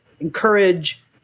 encourage